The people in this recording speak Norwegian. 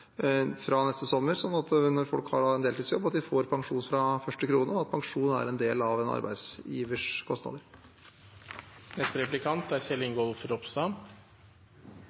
sånn at når folk har en deltidsjobb, får de pensjon fra første krone, og at pensjon er en del av en arbeidsgivers kostnader. Jeg er